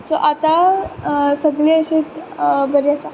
so आतां सगलीं अशीं बरीं आसा